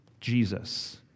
Jesus